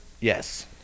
Yes